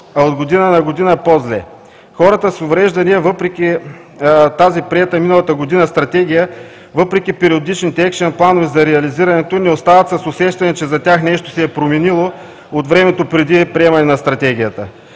а от година на година – по-зле. Хората с увреждания въпреки тази приета Стратегия през миналата година, въпреки периодичните екшън-планове за реализирането ни оставят с усещането, че за тях нищо не се е променило от времето преди приемането на Стратегията